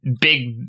Big